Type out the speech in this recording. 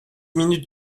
minutes